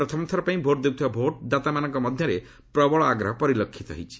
ପ୍ରଥମ ଥରପାଇଁ ଭୋଟ ଦେଉଥିବା ଭୋଟର୍ମାନଙ୍କ ମଧ୍ୟରେ ପ୍ରବଳ ଆଗ୍ରହ ପରିଲକ୍ଷିତ ହୋଇଛି